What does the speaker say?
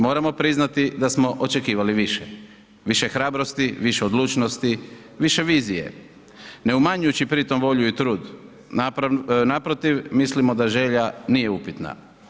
Moramo priznati da smo očekivali više, više hrabrosti, više odlučnosti, više vizije ne umanjujući pri tom volju i trud, naprotiv mislimo da želja nije upitna.